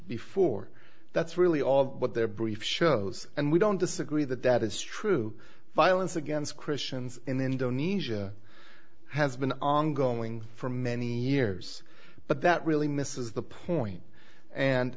before that's really all what their brief shows and we don't disagree that that is true violence against christians in indonesia has been ongoing for many years but that really misses the point and